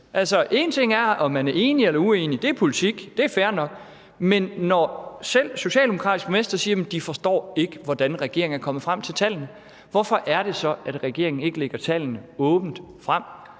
én ting er, om man er enig eller uenig – det er politik, og det er fair nok – men noget andet er, når selv socialdemokratiske borgmestre siger, at de ikke forstår, hvordan regeringen er kommet frem til tallene. Så hvorfor er det så, at regeringen ikke lægger tallene åbent frem?